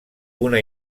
una